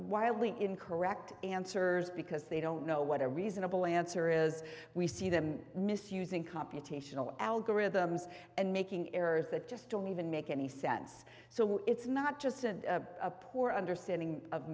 wildly incorrect answers because they don't know what a reasonable answer is we see them misusing computational algorithms and making errors that just don't even make any sense so it's not just a poor understanding of